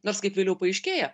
nors kaip vėliau paaiškėja